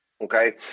Okay